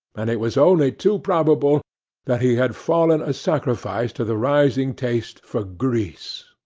and it was only too probable that he had fallen a sacrifice to the rising taste for grease.